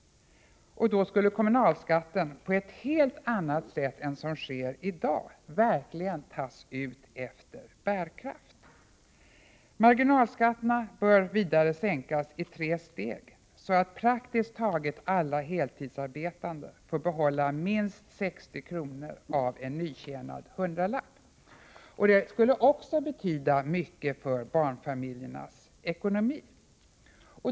Kommunalskatten skulle då på ett helt annat sätt än som i dag sker verkligen tas ut efter bärkraft. Marginalskatterna bör vidare sänkas i tre steg, så att praktiskt taget alla heltidsarbetande får behålla minst 60 kr. av en nyintjänad hundralapp. Det skulle betyda mycket för barnfamiljernas ekonomi.